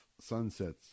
sunsets